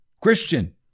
Christian